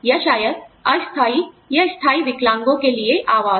या शायद अस्थायी या स्थायी विकलांगों के लिए आवास